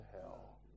hell